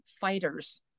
fighters